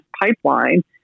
pipeline